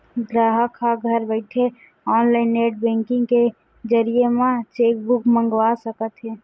गराहक ह घर बइठे ऑनलाईन नेट बेंकिंग के जरिए म चेकबूक मंगवा सकत हे